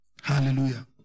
Hallelujah